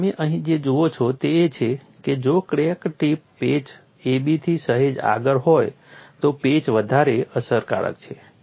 અને તમે અહીં જે જુઓ છો તે એ છે કે જો ક્રેક ટિપ પેચ AB થી સહેજ આગળ હોય તો પેચ વધારે અસરકારક છે